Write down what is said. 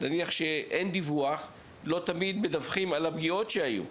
אם נניח שאין דיווח אז לא תמיד מדווחים גם על פגיעות שהיו.